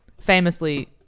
Famously